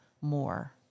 more